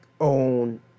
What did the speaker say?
own